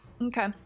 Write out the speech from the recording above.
Okay